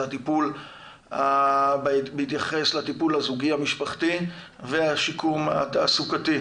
זה הטיפול בהתייחס לטיפול הזוגי המשפחתי והשיקום התעסוקתי.